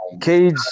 Cage